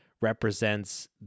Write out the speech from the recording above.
represents